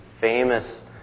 famous